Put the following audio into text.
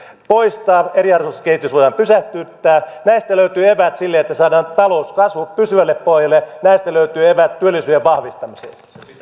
poistaa joilla eriarvoistumiskehitys voidaan pysäyttää näistä löytyvät eväät sille että saadaan talous kasvuun pysyvälle pohjalle näistä löytyvät eväät työllisyyden vahvistamiseen